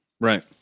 Right